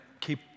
keep